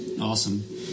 awesome